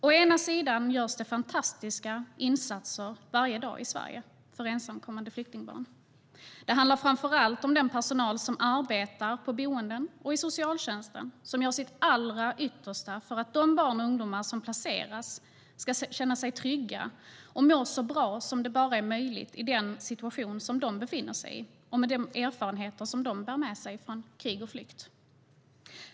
Å ena sidan görs det fantastiska insatser varje dag i Sverige för ensamkommande flyktingbarn. Det handlar framför allt om den personal som arbetar på boenden och i socialtjänsten och som gör sitt allra yttersta för att de barn och ungdomar som placeras ska känna sig trygga och må så bra som det bara är möjligt i den situation de befinner sig i och med de erfarenheter de bär med sig från krig och flykt.